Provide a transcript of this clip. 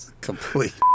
Complete